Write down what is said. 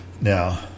Now